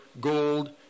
gold